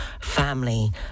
family